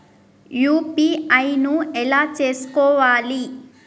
UPI ను ఎలా చేస్కోవాలి?